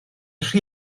rhy